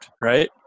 right